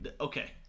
Okay